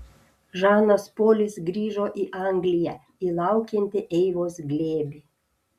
žanas polis grįžo į angliją į laukiantį eivos glėbį